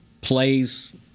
plays